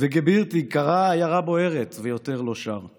וגעבירטיג קרא 'העיירה בוערת' ויותר לא שר /